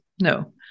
no